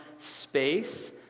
space